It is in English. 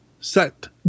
set